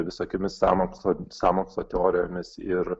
visokiomis sąmokslo sąmokslo teorijomis ir